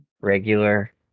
regular